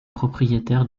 propriétaire